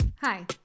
Hi